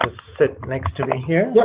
sit next to me here. yeah